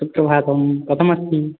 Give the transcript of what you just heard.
सुप्रभातं कथमस्ति